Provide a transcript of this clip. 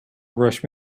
rush